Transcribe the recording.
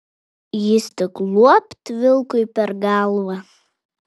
jis tik luopt vilkui per galvą